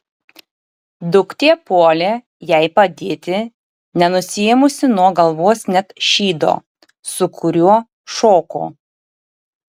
duktė puolė jai padėti nenusiėmusi nuo galvos net šydo su kuriuo šoko